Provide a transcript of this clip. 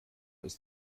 ist